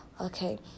Okay